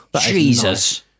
Jesus